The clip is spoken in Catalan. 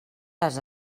les